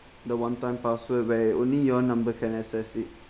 the one time password where only your number can access it